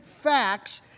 facts